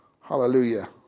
Hallelujah